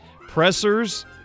Pressers